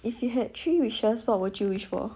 if you had three wishes what would you wish for